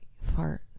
fart